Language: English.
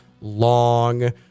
long